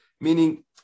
Meaning